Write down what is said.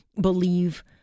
believe